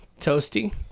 Toasty